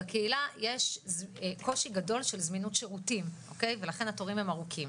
בקהילה יש קושי גדול של זמינות שירותים ולכן התורים הם ארוכים.